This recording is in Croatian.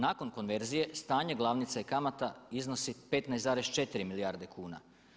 Nakon konverzije stanje glavnice i kamata iznosi 15,4 milijarde kuna.